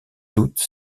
toute